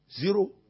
zero